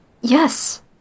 yes